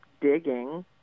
digging